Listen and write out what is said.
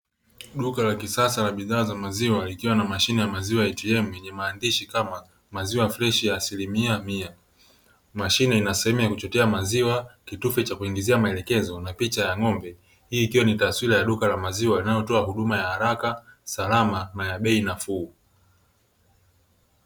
Duka la kisasa na bidhaa za maziwa, ikiwa na mashine ya maziwa “Atm” yenye maandishi kama maziwa freshi ya asilimia mia, mashine inasehemu kuchotea maziwa, kitufe cha kuingizia maelekezo na picha ya ng'ombe hii ikiwa ni taswira ya duka la maziwa yanayotoa huduma ya haraka salama na ya bei nafuu.